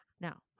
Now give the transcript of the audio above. Now